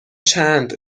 چند